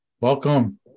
welcome